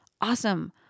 awesome